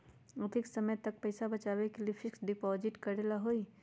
अधिक समय तक पईसा बचाव के लिए फिक्स डिपॉजिट करेला होयई?